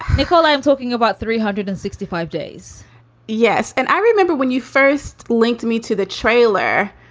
nicole, i'm talking about three hundred and sixty five days yes. and i remember when you first linked me to the trailer